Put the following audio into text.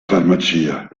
farmacia